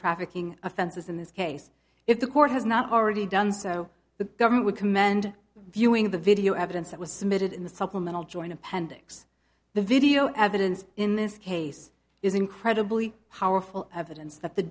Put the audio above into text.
trafficking offenses in this case if the court has not already done so the government would command viewing the video evidence that was submitted in the supplemental joint appendix the video evidence in this case is incredibly powerful evidence that the